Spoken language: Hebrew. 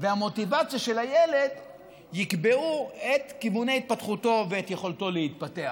והמוטיבציה של הילד יקבעו את כיווני התפתחותו ואת יכולתו להתפתח.